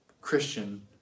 Christian